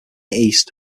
east